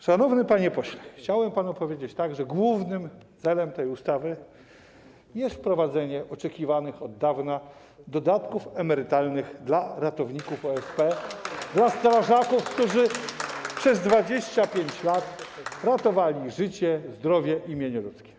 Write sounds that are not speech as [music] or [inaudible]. Szanowny panie pośle, chciałem panu powiedzieć, że głównym celem tej ustawy jest wprowadzenie oczekiwanych od dawna dodatków emerytalnych dla ratowników OSP, [applause] dla strażaków, którzy przez 25 lat ratowali życie, zdrowie i mienie ludzkie.